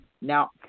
Now